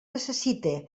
necessite